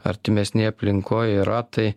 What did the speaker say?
artimesnėj aplinkoj yra tai